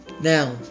Now